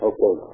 Okay